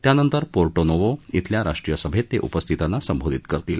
त्यानंतर Porto Novo इथल्या राष्ट्रीय सभेत ते उपस्थितांना संबोधित करतील